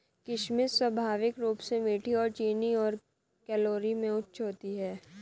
किशमिश स्वाभाविक रूप से मीठी और चीनी और कैलोरी में उच्च होती है